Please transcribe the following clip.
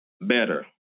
better